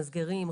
מסגרים,